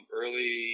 early